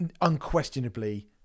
unquestionably